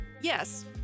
Yes